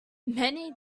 many